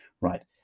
right